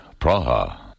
Praha